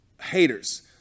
haters